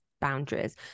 boundaries